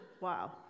Wow